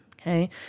okay